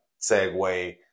segue